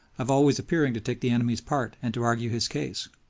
of always appearing to take the enemy's part and to argue his case.